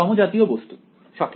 সমজাতীয় বস্তু সঠিক